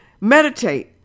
meditate